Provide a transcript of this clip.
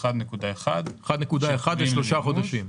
1.1. לשלושה חודשים.